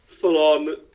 full-on